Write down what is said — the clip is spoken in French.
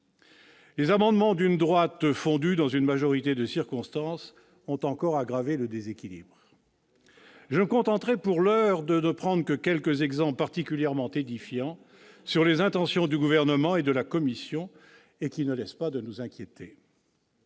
Les amendements d'une droite fondue dans une majorité de circonstance ont encore aggravé le déséquilibre. Je me contenterai, pour l'heure, de prendre quelques exemples particulièrement édifiants des intentions du Gouvernement et de la commission, qui ne laissent pas de nous inquiéter.